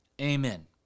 Amen